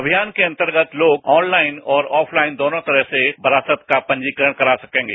अभियान के अंतर्गत लोग ऑनलाइन और ऑफलाइन दोनों तरह से वरासत का पंजीकरण करा सकेंगे